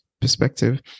perspective